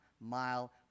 mile